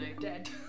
Dead